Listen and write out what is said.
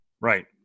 Right